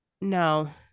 no